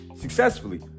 successfully